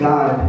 God